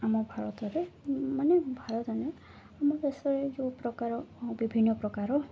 ଆମ ଭାରତରେ ମାନେ ଭାରତ ନାଇଁ ଆମ ଦେଶରେ ଯେଉଁପ୍ରକାର ବିଭିନ୍ନ ପ୍ରକାର